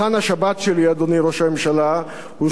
שולחן השבת שלי,